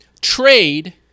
trade